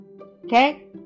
Okay